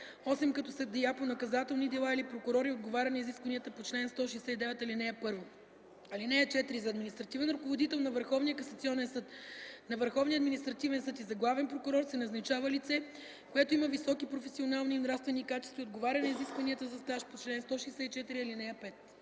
8 като съдия по наказателни дела или прокурор и отговаря на изискванията по чл. 169, ал. 1. (4) За административен ръководител на Върховния касационен съд, на Върховния административен съд и за главен прокурор се назначава лице, което има високи професионални и нравствени качества и отговаря на изискванията за стаж по чл. 164, ал. 5.”